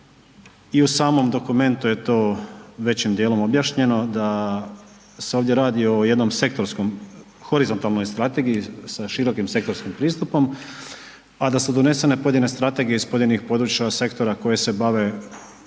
i u samom dokumentu je to većim dijelom objašnjeno da se ovdje radi o jednom sektorskom, horizontalnoj strategiji sa širokim sektorskim pristupom, a da su donesene pojedine strategije iz pojedinih područja sektora koje se bave samim